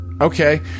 Okay